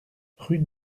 rue